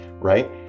right